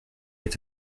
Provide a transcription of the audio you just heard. est